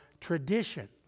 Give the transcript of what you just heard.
tradition